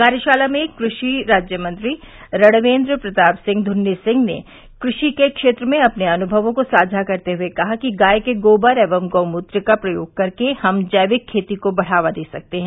कार्यशाला में कृषि राज्यमंत्री रणवेन्द्र प्रताप सिंह धुन्नी सिंह ने कृषि के क्षेत्र में अपने अनुभवों को साझा करते हुए कहा कि गाय के गोबर एवं गोमूत्र का प्रयोग कर हम जैविक खेती को बढ़ावा दे सकते हैं